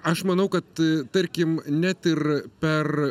aš manau kad tarkim net ir per